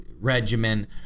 regimen